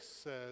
says